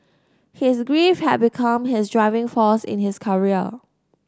his grief had become his driving force in his career